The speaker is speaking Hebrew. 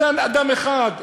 זה אדם אחד,